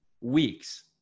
weeks